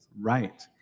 Right